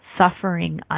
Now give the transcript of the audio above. suffering